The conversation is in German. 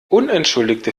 unentschuldigte